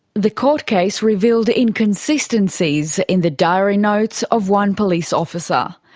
the court case revealed inconsistencies in the diary notes of one police officer.